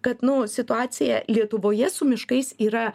kad nu situacija lietuvoje su miškais yra